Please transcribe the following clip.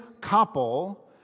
couple